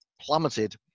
plummeted